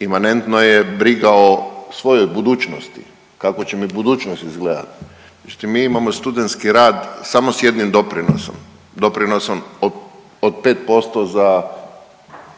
imanentno je briga o svojoj budućnosti, kako će mi budućnost izgledat. Međutim mi imamo studentski rad samo s jednim doprinosom, doprinosom od 5% za